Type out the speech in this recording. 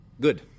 Good